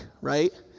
Right